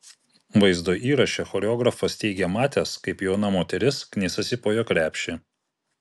vaizdo įraše choreografas teigė matęs kaip jauna moteris knisasi po jo krepšį